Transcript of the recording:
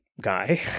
guy